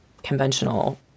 conventional